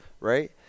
right